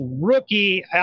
rookie